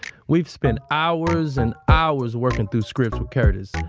we've spent hours and hours working through scripts with curtis.